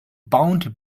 bounty